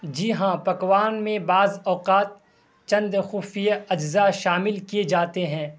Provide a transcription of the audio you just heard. جی ہاں پکوان میں بعض اوقات چند خفیہ اجزا شامل کیے جاتے ہیں